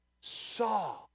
saw